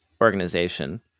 Organization